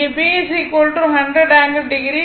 இங்கே b 100 ∠0o